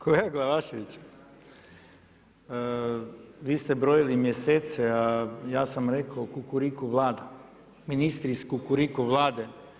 Kolega Glavašević, vi ste brojili mjesece, a ja sam rekao kukuriku Vlade, ministri iz kukuriku Vlade.